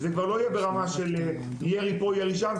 כבר לא יהיה ברמה של ירי פה וירי שם.